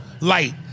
light